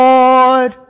Lord